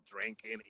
drinking